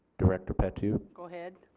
director patu? go ahead.